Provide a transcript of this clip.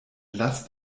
lasst